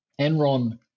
Enron